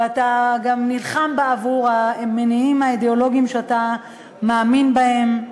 ואתה גם נלחם בעבור המניעים האידיאולוגיים שאתה מאמין בהם.